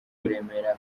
kuremera